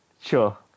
Sure